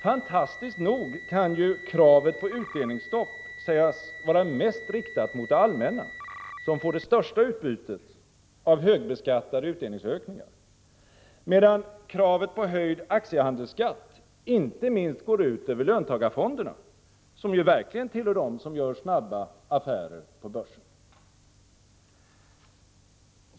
Fantastiskt nog kan ju kravet på utdelningsstopp sägas vara mest riktat mot det allmänna, som får största utbytet av högbeskattade utdelningsökningar, medan kravet på höjd aktiehandelsskatt inte minst går ut över löntagarfonderna, som ju verkligen tillhör dem som gör snabba affärer på börsen!